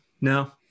no